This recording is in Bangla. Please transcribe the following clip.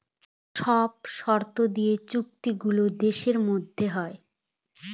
সব শর্ত দিয়ে চুক্তি গুলো দেশের মধ্যে হয়